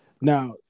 now